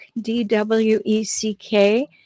D-W-E-C-K